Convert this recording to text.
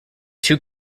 two